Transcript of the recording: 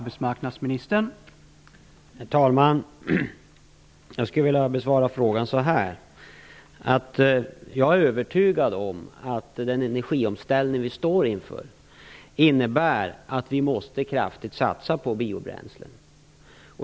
Herr talman! Jag skulle vilja besvara frågan så här: Jag är övertygad om att den energiomställning som vi står inför innebär att vi måste satsa kraftigt på biobränslet.